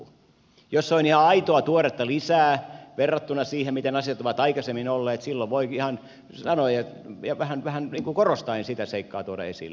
jos se on ihan aitoa tuoretta lisää verrattuna siihen miten asiat ovat aikaisemmin olleet silloin voikin sen ihan sanoa ja vähän niin kuin korostaen sitä seikkaa tuoda esille